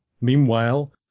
meanwhile